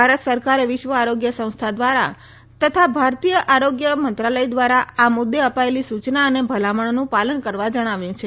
ભારત સરકારે વિશ્વ આરોગ્ય સંસ્થા ધ્વારા તથા ભારતીય આરોગ્ય મંત્રાલય ધ્વારા આ મુદ્દે અપાયેલી સુચના અને ભલામણીનું પાલન કરવા જણાવ્યું છે